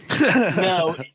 No